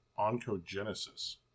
oncogenesis